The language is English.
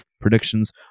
predictions